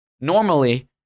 normally